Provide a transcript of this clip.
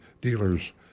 dealers